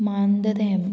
Mandrem